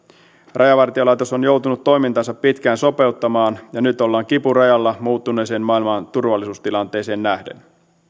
rajavartiolaitos on joutunut toimintaansa pitkään sopeuttamaan ja nyt ollaan kipurajalla muuttuneeseen maailman turvallisuustilanteeseen nähden